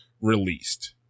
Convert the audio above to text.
released